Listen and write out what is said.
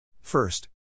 First